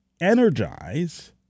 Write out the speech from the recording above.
energize